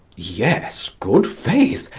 yes, good faith,